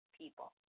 people